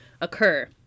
occur